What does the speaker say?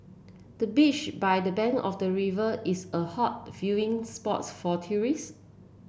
the beach by the bank of the river is a hot viewing spots for tourists